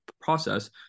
process